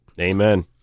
Amen